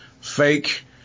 fake